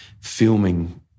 filming